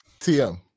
TM